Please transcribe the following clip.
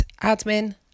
admin